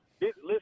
Listen